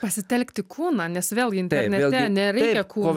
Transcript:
pasitelkti kūną nes vėlgi internete nereikia kū